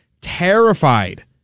terrified